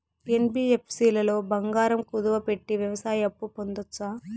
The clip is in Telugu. యన్.బి.యఫ్.సి లో బంగారం కుదువు పెట్టి వ్యవసాయ అప్పు పొందొచ్చా?